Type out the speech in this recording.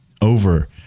over